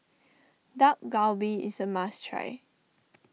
Dak Galbi is a must try